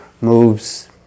moves